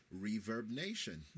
ReverbNation